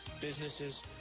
businesses